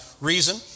reason